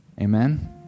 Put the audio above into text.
Amen